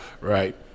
Right